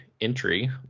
entry